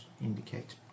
indicate